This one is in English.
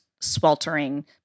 sweltering